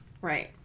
Right